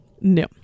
No